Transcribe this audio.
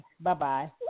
Bye-bye